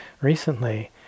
recently